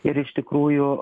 ir iš tikrųjų